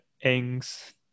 Ings